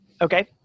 Okay